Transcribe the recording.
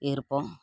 அங்கே இருப்போம்